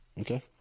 Okay